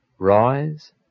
Rise